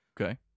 Okay